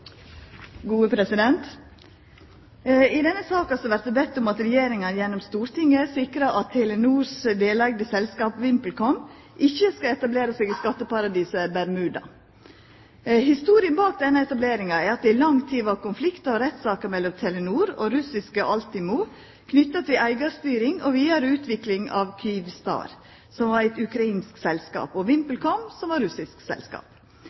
Regjeringa gjennom Stortinget sikrar at Telenors deleigde selskap VimpelCom ikkje skal etablera seg i skatteparadiset Bermuda. Historia bak denne etableringa er at det i lang tid var konfliktar og rettssaker mellom Telenor og russiske Altimo knytte til eigarstyring og vidare utvikling av Kyivstar, som var eit ukrainsk selskap, og VimpelCom, som var eit russisk selskap.